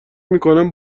میکنم